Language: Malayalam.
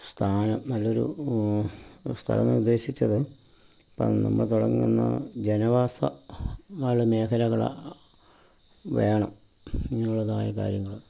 സ്ഥാനം നല്ലൊരു സ്ഥലം എന്ന് ഉദ്ദേശിച്ചത് അപ്പോൾ നമ്മൾ തുടങ്ങുന്ന ജനവാസമായുള്ള മേഖലകളാണ് വേണം ഇങ്ങനെയുള്ളതായ കാര്യങ്ങള്